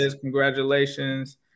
Congratulations